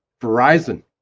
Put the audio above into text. Verizon